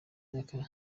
myaka